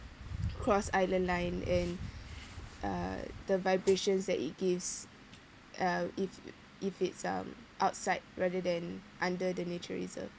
cross island line and uh the vibrations that it gives uh if if it's um outside rather than under the nature reserve